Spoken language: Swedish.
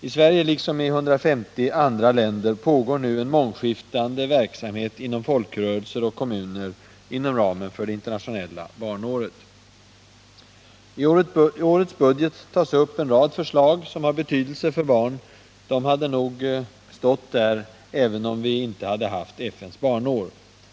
I Sverige, liksom i 150 andra länder, pågår nu en mångskiftande verksamhet inom folkrörelser och kommuner inom ramen för det internationella barnåret. I årets budget tas upp en rad förslag som har betydelse för barn. De hade nog stått där även om vi inte hade haft FN:s barnår.